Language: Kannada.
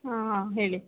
ಹಾಂ ಹಾಂ ಹೇಳಿ